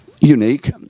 unique